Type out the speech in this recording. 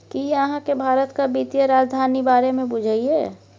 कि अहाँ केँ भारतक बित्तीय राजधानी बारे मे बुझल यै?